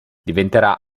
diventerà